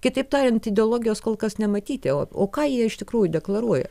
kitaip tariant ideologijos kol kas nematyti o o ką jie iš tikrųjų deklaruoja